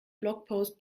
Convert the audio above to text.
blogpost